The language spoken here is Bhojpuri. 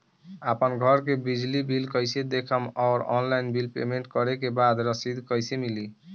आपन घर के बिजली बिल कईसे देखम् और ऑनलाइन बिल पेमेंट करे के बाद रसीद कईसे मिली?